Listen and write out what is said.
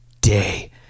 day